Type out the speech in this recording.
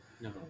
No